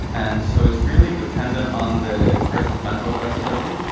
and so it's really dependent on the person's mental flexibility.